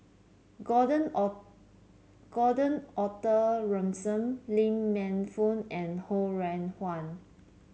Gordon Gordon Arthur Ransome Lee Man Fong and Ho Rih Hwa